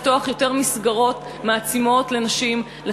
לפתוח יותר מסגרות מעצימות לנשים כדי